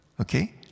Okay